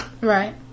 right